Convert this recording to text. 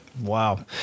Wow